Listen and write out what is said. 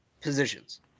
positions